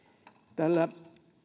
tällä